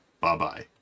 Bye-bye